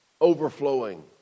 overflowing